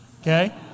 Okay